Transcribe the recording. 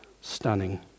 stunning